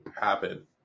happen